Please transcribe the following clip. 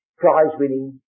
prize-winning